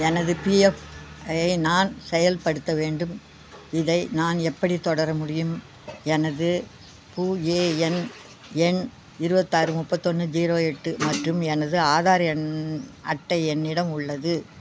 எனது பிஎஃப் ஐ நான் செயல்படுத்த வேண்டும் இதை நான் எப்படி தொடர முடியும் எனது புஏஎன் எண் இருபத்தாறு முப்பத்தொன்று ஜீரோ எட்டு மற்றும் எனது ஆதார் எண் அட்டை என்னிடம் உள்ளது